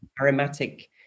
aromatic